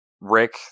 Rick